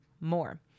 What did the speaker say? more